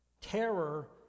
Terror